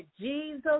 Jesus